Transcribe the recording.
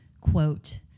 quote